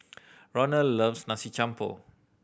Ronald loves Nasi Campur